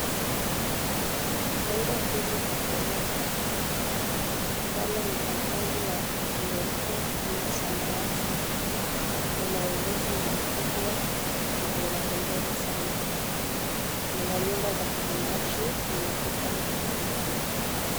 Jengo hili la ghorofa, ambalo ni la rangi ya nyeupe na samawati, lina urefu mkubwa, na linapendeza sana, ni la nyumba za kibinafsi, na duka za kukomboa.